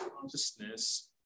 consciousness